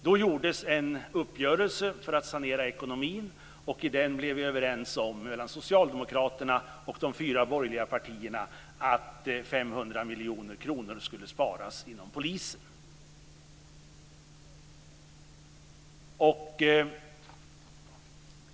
Då gjordes en uppgörelse för att sanera ekonomin och i den blev socialdemokraterna och de fyra borgerliga partierna överens om att 500 miljoner kronor skulle sparas inom polisen.